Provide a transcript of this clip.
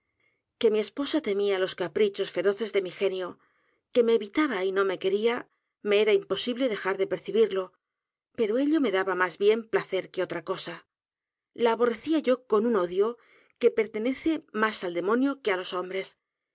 que mi esposa temíalos caprichos feroces de mi genio que me evitaba y no me quería me era imposible dejar de percibirlo pero ello me daba más bien placer que otra cosa la aborrecía yo con un odio que pertenece más al demonio que á l o s hombres